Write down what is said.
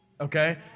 okay